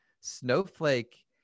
Snowflake